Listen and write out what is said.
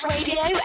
Radio